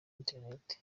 internet